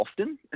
often